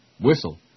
whistle